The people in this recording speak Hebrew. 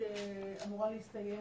כך אני מבין,